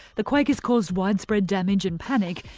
the quake has caused widespread damage and panic,